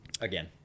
Again